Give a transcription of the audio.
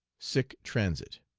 sic transit!